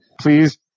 Please